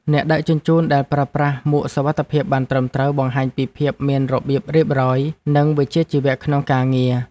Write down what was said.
អ្នកដឹកជញ្ជូនដែលប្រើប្រាស់មួកសុវត្ថិភាពបានត្រឹមត្រូវបង្ហាញពីភាពមានរបៀបរៀបរយ និងវិជ្ជាជីវៈក្នុងការងារ។